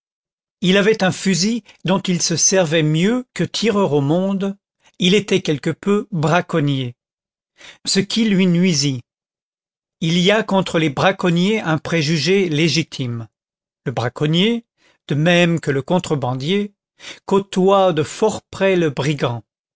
il avait un fusil dont il se servait mieux que tireur au monde il était quelque peu braconnier ce qui lui nuisit il y a contre les braconniers un préjugé légitime le braconnier de même que le contrebandier côtoie de fort près le brigand